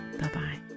Bye-bye